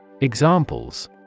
Examples